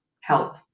help